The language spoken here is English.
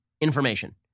information